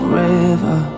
river